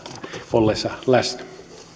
ollessa läsnä